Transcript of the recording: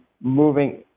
moving